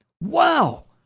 Wow